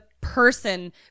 person